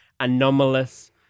anomalous